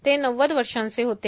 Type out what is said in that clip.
ते नव्वद वर्षांचे होते